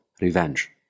revenge